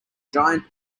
giant